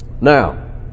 Now